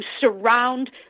surround